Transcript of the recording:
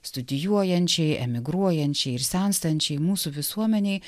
studijuojančiai emigruojančiai ir senstančiai mūsų visuomenei